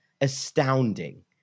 astounding